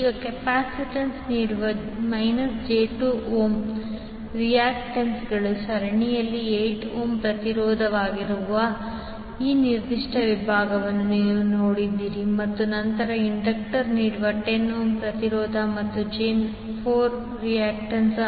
ಈಗ ಕೆಪಾಸಿಟನ್ಸ್ ನೀಡುವ j2 ohm ರಿಯಾಕ್ಟನ್ಸ್ನೊಂದಿಗೆ ಸರಣಿಯಲ್ಲಿ 8 ಓಮ್ ಪ್ರತಿರೋಧವಾಗಿರುವ ಈ ನಿರ್ದಿಷ್ಟ ವಿಭಾಗವನ್ನು ನೀವು ನೋಡಿದರೆ ಮತ್ತು ನಂತರ ಇಂಡಕ್ಟರ್ ನೀಡುವ 10 ಓಮ್ ಪ್ರತಿರೋಧ ಮತ್ತು j4 ರಿಯಾಕ್ಟನ್ಸ್